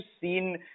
seen